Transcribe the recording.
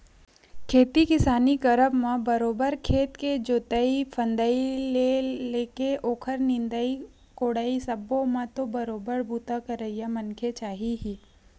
खेती किसानी करब म बरोबर खेत के जोंतई फंदई ले लेके ओखर निंदई कोड़ई सब्बो म तो बरोबर बूता करइया मनखे चाही ही